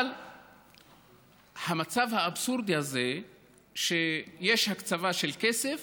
אבל המצב האבסורדי זה שיש הקצבה של כסף